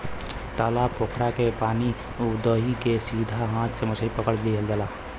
तालाब पोखरा के पानी उदही के सीधा हाथ से मछरी पकड़ लिहल जाला